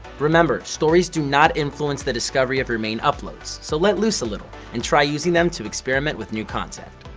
remember, stories do not influence the discovery of your main uploads so let loose a little and try using them to experiment with new content.